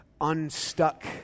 unstuck